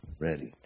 Ready